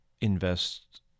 invest